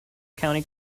county